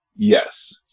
Yes